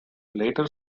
later